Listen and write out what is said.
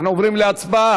אנחנו עוברים להצבעה,